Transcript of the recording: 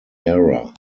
era